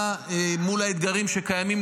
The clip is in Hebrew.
מול האתגרים שקיימים,